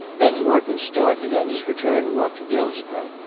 then morton started on his return walk to dillsborough,